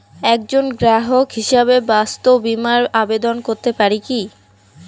একজন গ্রাহক হিসাবে স্বাস্থ্য বিমার আবেদন করতে পারি কি?